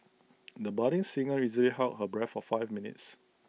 the budding singer easily held her breath for five minutes